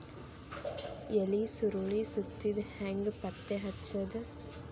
ಎಲಿ ಸುರಳಿ ಸುತ್ತಿದ್ ಹೆಂಗ್ ಪತ್ತೆ ಹಚ್ಚದ?